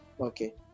Okay